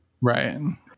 right